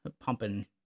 pumping